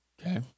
Okay